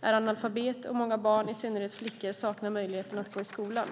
är analfabeter och många barn, i synnerhet flickor, saknar möjlighet att gå i skolan.